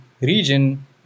region